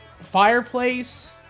fireplace